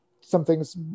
something's